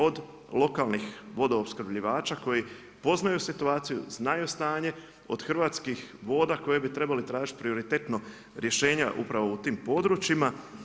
Od lokalnih vodo opskrbljivača, koji poznaju situaciju, znaju stanje od Hrvatskih voda koje bi trebale tražiti prioritetno rješenja upravo u tim područjima.